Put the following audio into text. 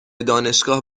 دانشگاه